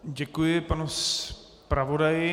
Děkuji panu zpravodaji.